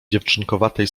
dziewczynkowatej